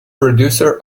producer